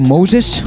Moses